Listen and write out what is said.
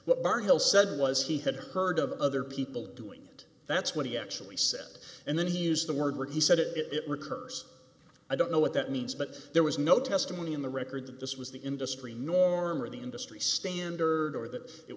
what barnhill said was he had heard of other people doing it that's what he actually said and then he used the word where he said it it recurse i don't know what that means but there was no testimony in the record that this was the industry norm or the industry standard or that it